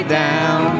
down